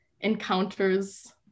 encounters